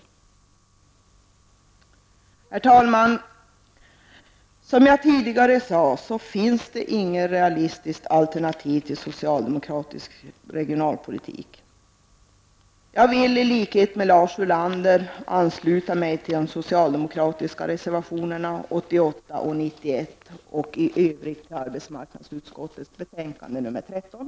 Herr talman! Som jag tidigare sade finns det inget realistiskt alternativ till socialdemokratisk regionalpolitik. Jag vill i likhet med Lars Ulander ansluta mig till de socialdemokratiska reservationerna nr 88 och 91 och i övrigt till arbetsmarknadsutskottets betänkande nr 13.